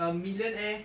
a millionaire